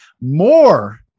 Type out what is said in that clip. more